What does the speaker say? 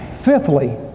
Fifthly